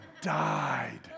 died